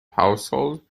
household